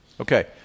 Okay